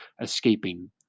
escaping